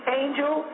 angel